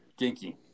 Ginky